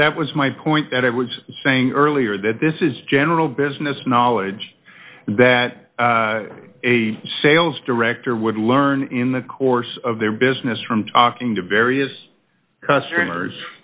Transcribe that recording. that was my point that i was saying earlier that this is general business knowledge that a sales director would learn in the course of their business from talking to various customers